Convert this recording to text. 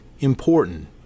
Important